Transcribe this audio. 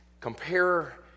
compare